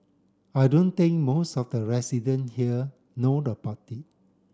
I don't think most of the resident here know about it